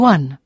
One